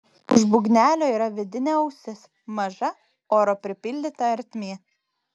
už būgnelio yra vidinė ausis maža oro pripildyta ertmė